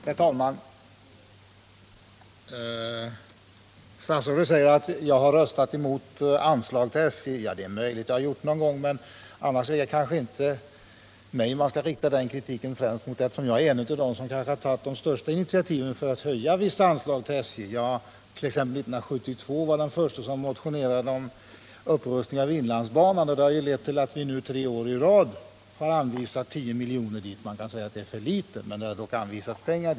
Herr talman! Statsrådet säger att jag har röstat emot anslag till SJ, och det är möjligt att jag har gjort det någon gång. Annars är det kanske inte främst emot mig man skall rikta den kritiken, eftersom jag nog är en av dem som har tagit de största initiativen för att höja vissa anslag till SJ. 1972 var jag t.ex. den förste som motionerade om upprustning av inlandsbanan, och det har lett till att vi nu tre år i rad har anvisat 10 milj.kr. dit; man kan säga att det är för litet, men det är dock pengar.